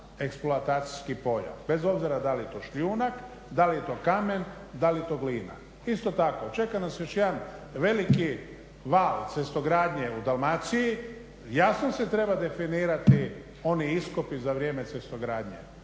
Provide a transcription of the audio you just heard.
eksploatacijskih polja, bez obzira da li je to šljunak, da li je to kamen, da li je to glina. Isto tako, čeka nas još jedan veliki val cestogradnje u Dalmaciji, jasno se treba definirati oni iskopi za vrijeme cestogradnje.